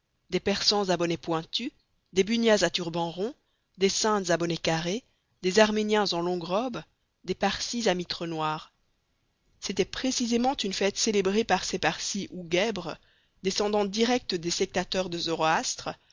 des persans à bonnets pointus des bunhyas à turbans ronds des sindes à bonnets carrés des arméniens en longues robes des parsis à mitre noire c'était précisément une fête célébrée par ces parsis ou guèbres descendants directs des sectateurs de